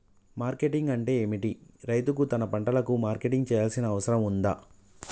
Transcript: Marketing అంటే ఏమిటి? రైతు తన పంటలకు మార్కెటింగ్ చేయాల్సిన అవసరం ఉందా?